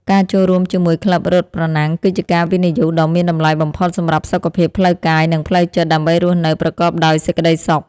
ការចូលរួមជាមួយក្លឹបរត់ប្រណាំង គឺជាការវិនិយោគដ៏មានតម្លៃបំផុតសម្រាប់សុខភាពផ្លូវកាយ និងផ្លូវចិត្ត ដើម្បីរស់នៅប្រកបដោយសេចក្ដីសុខ។